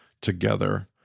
together